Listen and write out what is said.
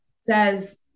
says